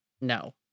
no